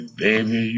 baby